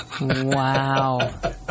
Wow